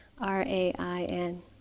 R-A-I-N